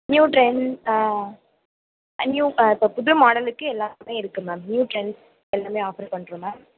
new trend new இப்போ புது மாடல்லுக்கு எல்லாத்துக்குமே இருக்கு மேம் நியூ ட்ரெண்ட்ஸ் எல்லாமே ஆஃபர் பண்ணுறோம் மேம்